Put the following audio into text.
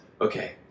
Okay